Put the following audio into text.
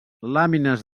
làmines